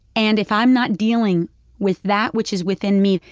and if i'm not dealing with that which is within me,